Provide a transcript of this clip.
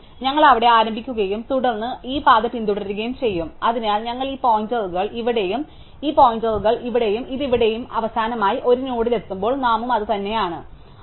അതിനാൽ ഞങ്ങൾ അവിടെ ആരംഭിക്കുകയും തുടർന്ന് ഈ പാത പിന്തുടരുകയും ചെയ്യും അതിനാൽ ഞങ്ങൾ ഈ പോയിന്റുകൾ ഇവിടെയും ഈ പോയിന്റുകൾ ഇവിടെയും ഇതും ഇവിടെയും അവസാനമായി ഒരു നോഡിലെത്തുമ്പോൾ നാമും അത് തന്നെയാണത്